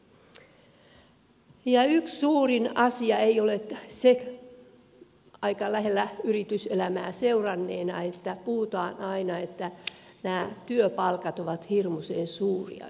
yksi suurin asia ei ole se aika lähellä yrityselämää seuranneena että puhutaan aina että nämä työpalkat ovat hirmuisen suuria